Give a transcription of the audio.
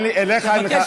אליך אין לי.